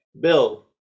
bill